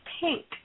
pink